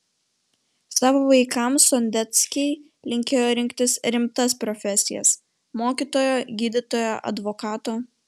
savo vaikams sondeckiai linkėjo rinktis rimtas profesijas mokytojo gydytojo advokato